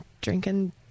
drinking